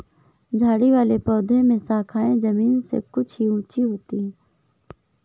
झाड़ी वाले पौधों में शाखाएँ जमीन से कुछ ही ऊँची होती है